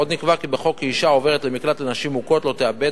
עוד נקבע בחוק כי אשה העוברת למקלט לנשים מוכות לא תאבד